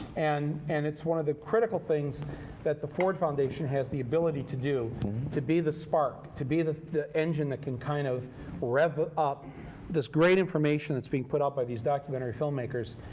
and and it's one of the critical things that the ford foundation has the ability to do to be the spark, to be the the engine-that-can kind of rev up this great information that's being put out by these documentary filmmakers.